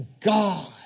God